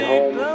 Home